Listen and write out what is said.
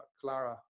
Clara